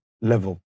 level